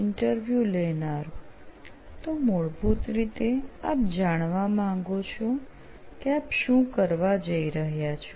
interview લેનાર તો મૂળભૂત રીતે આપ જાણવા માગો છો કે આપ શું કરવા જઇ રહ્યા છો